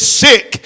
sick